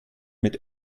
mit